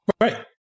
Right